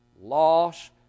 loss